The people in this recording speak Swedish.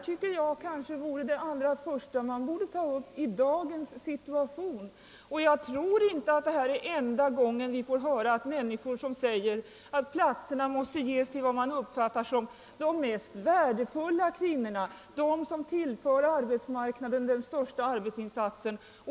4 Jag tror inte att detta är den enda gången vi får höra människor säga att platserna måste förbehållas dem som uppfattas som »de mest värdefulla kvinnorna», dem som »tillför arbetsmarknaden den största arbetsinsatsen».